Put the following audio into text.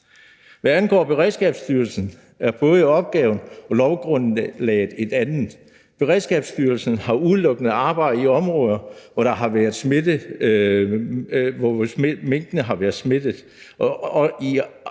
Hvad angår Beredskabsstyrelsen er både opgaven og lovgrundlaget et andet. Beredskabsstyrelsen har udelukkende arbejdet i områder, hvor minkene har været smittet,